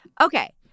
Okay